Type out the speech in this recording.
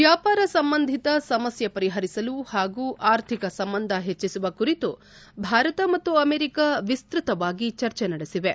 ವ್ಯಾಪಾರ ಸಂಬಂಧಿತ ಸಮಸ್ಯೆ ಪರಿಪರಿಸಲು ಹಾಗೂ ಆರ್ಥಿಕ ಸಂಬಂಧ ಹೆಚ್ಚಿಸುವ ಕುರಿತು ಭಾರತ ಮತ್ತು ಅಮೆರಿಕ ವಿಸ್ತ್ವತವಾಗಿ ಚರ್ಚೆ ನಡೆಸಿವೆ